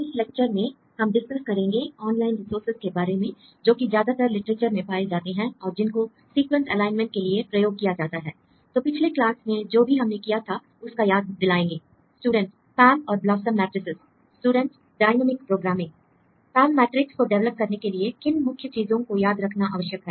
इस लेक्चर में हम डिस्कस करेंगे ऑनलाइन रिसोर्सेस के बारे में जोकि ज्यादातर लिटरेचर में पाए जाते हैं और जिनको सीक्वेंस एलाइनमेंट के लिए प्रयोग किया जाता है l तो पिछले क्लास में जो भी हमने किया था उसका याद दिलाएंगे l पाम और BLOSUM matrices student dynamic programming PAM matrix को डिवेलप करने के लिए किन मुख्य चीजों को याद रखना आवश्यक है